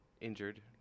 injured